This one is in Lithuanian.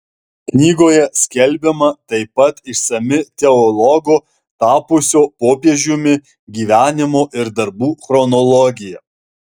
knygoje skelbiama taip pat išsami teologo tapusio popiežiumi gyvenimo ir darbų chronologija